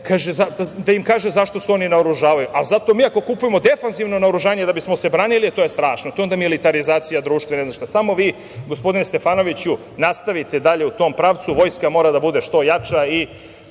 da im kaže zašto se oni naoružavaju, ali zato mi ako kupujemo defanzivno naoružanje, da bismo se branili, to je strašno, to je onda militarizacija društva itd. Samo vi, gospodine Stefanoviću, nastavite dalje u tom pravcu. Vojska mora da bude što jača i